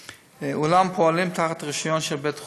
אולם פועלים תחת רישיון של בית חולים,